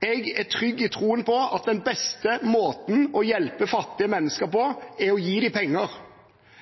Jeg er trygg i troen på at den beste måten å hjelpe fattige mennesker på, er å gi dem penger.